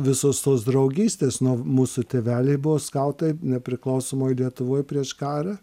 visos tos draugystės nuo mūsų tėveliai buvo skautai nepriklausomoj lietuvoj prieš karą